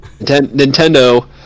nintendo